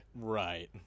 Right